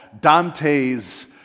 Dante's